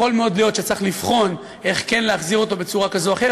יכול מאוד להיות שצריך לבחון איך כן להחזיר אותו בצורה כזאת או אחרת,